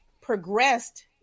progressed